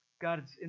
God's